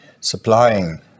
supplying